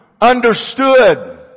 understood